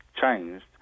changed